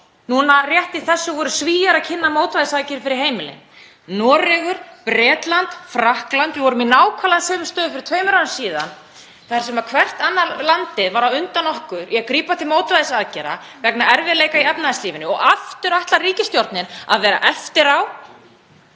Nú rétt í þessu voru Svíar að kynna mótvægisaðgerðir fyrir heimilin — Noregur, Bretland, Frakkland. Við vorum í nákvæmlega sömu stöðu fyrir tveimur árum síðan þar sem hvert landið á fætur öðru var á undan okkur í að grípa til mótvægisaðgerða vegna erfiðleika í efnahagslífinu og aftur ætlar ríkisstjórnin að vera eftir á.